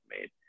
made